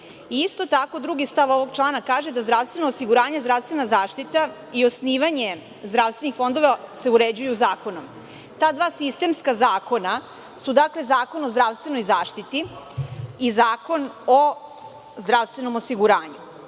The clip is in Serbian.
tako, drugi stav ovog člana kaže da se zdravstveno osiguranje, zdravstvena zaštita i osnivanje zdravstvenih fondova uređuju zakonom. Ta dva sistemska zakona su Zakon o zdravstvenoj zaštiti i Zakon o zdravstvenom osiguranju. Neću